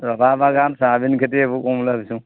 rubber বাগান soybean খেতি এইবোৰ কৰো বুলি ভাবিছোঁ